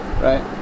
right